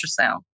ultrasound